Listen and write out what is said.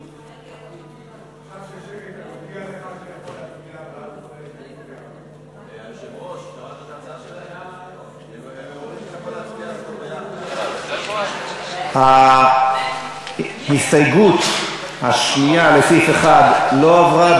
21. ההסתייגות הראשונה לסעיף 1 לא עברה,